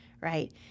right